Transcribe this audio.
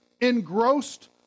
engrossed